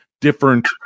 different